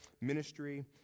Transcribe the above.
ministry